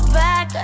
back